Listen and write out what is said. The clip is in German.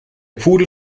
pudel